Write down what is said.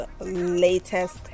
latest